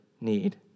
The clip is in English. need